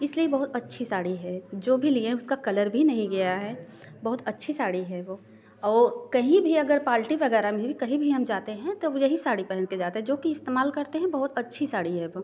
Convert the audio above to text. इसलिए बहुत अच्छी साड़ी है जो भी लिए हैं उसका कलर भी नहीं गया है बहुत अच्छी साड़ी है वह और कहीं भी अगर पाल्टी वगैरह में भी कहीं भी हम जाते हैं तब यह ही साड़ी पहन कर जाते हैं जो कि इस्तेमाल करते हैं बहुत अच्छी साड़ी है वो